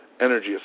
energy